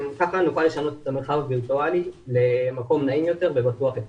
כך נוכל לשנות את המרחב הווירטואלי למקום נעים יותר ובטוח יותר.